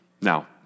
Now